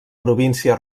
província